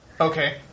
Okay